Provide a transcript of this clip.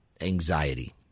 anxiety